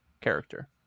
character